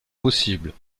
possibles